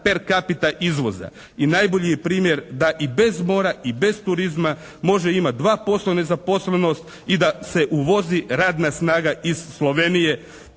per capita izvoza i najbolji je primjer da i bez mora i bez turizma može imati 2% nezaposlenost i da se uvozi radna snaga iz Slovenije